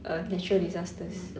uh natural disasters